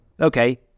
okay